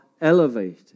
elevated